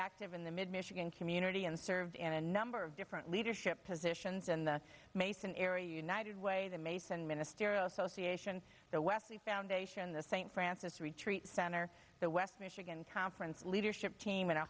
active in the mid michigan community and served in a number of different leadership positions in the mason area united way the mason ministerial association the wesley foundation the st francis retreat center the west michigan conference leadership team and a